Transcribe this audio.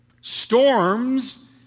Storms